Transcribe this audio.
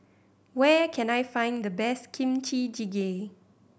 where can I find the best Kimchi Jjigae